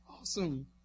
Awesome